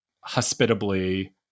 hospitably